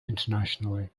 internationally